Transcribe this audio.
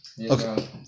Okay